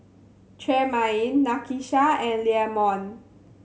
Tremaine Nakisha and Leamon